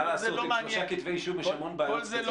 כל זה לא